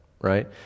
right